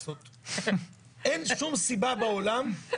אין הסדרה אמיתית, כמו שאופיר אמר.